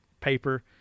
paper